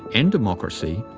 and democracy,